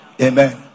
Amen